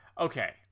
Okay